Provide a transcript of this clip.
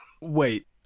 Wait